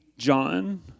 John